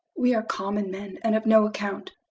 we are common men and of no account.